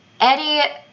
Eddie